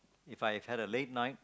If I have had a late night